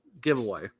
giveaway